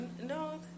no